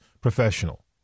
professional